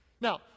Now